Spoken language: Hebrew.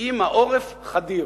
אם העורף חדיר,